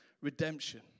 redemption